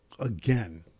again